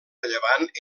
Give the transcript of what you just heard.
rellevant